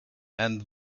and